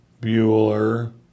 Bueller